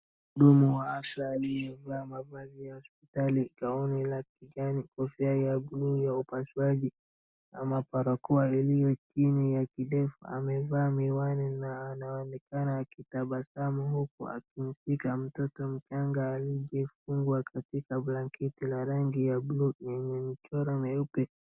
Mhudumu wa afya aliyevaa mavazi ya hospitali, gown ya kijani, kofia ya blue ya upasuaji ama barakoa iliyo chini ya kidevu, amevaa miwani na anaonekana akitabasamu huku akimshika mtoto mchanga aliyefungwa katika blanketi ya rangi ya blue yenye michoro meupe.